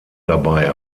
dabei